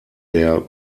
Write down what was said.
der